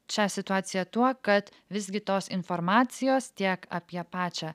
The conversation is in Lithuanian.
čia situaciją tuo kad visgi tos informacijos tiek apie pačią